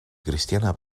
cristiana